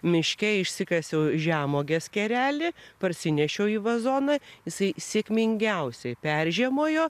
miške išsikasiau žemuogės kerelį parsinešiau į vazoną jisai sėkmingiausiai peržiemojo